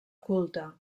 culte